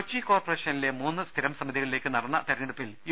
കൊച്ചി കോർപ്പറേഷനിലെ മൂന്ന് സ്ഥിരം സമിതികളിലേക്ക് നടന്ന തെരഞ്ഞെ ടുപ്പിൽ യു